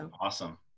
Awesome